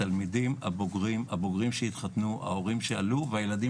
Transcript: הבוגרים, הבוגרים שהתחתנו, ההורים שעלו והילדים